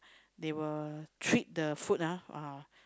they will treat the food ah uh